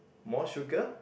more sugar